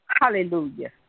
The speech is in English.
Hallelujah